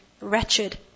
wretched